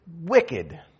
wicked